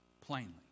plainly